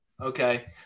okay